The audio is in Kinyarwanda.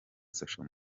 social